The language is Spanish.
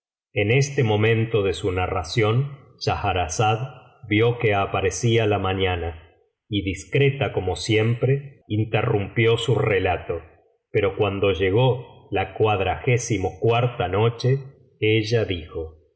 en este momento de su narración séhahrazada vio que aparecía la mañana y discreta como siempre interrumpió su relato s vi pero cuando llegó la noche